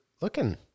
looking